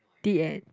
the end